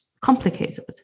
complicated